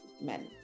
men